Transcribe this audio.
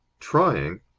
trying!